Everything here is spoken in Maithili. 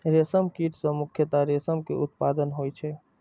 रेशम कीट सं मुख्यतः रेशम के उत्पादन होइ छै